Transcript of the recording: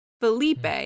Felipe